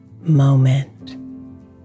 moment